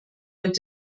mit